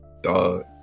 Dog